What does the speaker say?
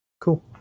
Cool